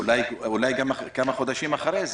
אולי גם כמה חודשים אחרי זה.